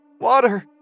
Water